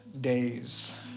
days